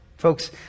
Folks